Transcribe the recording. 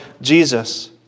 Jesus